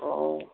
अ